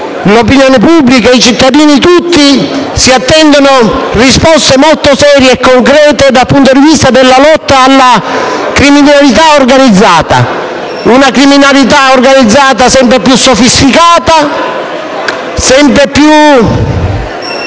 l'opinione pubblica e i cittadini tutti si attendono risposte molto serie e concrete dal punto di vista della lotta alla criminalità organizzata. È una criminalità organizzata sempre più sofisticata, che sempre più